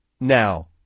Now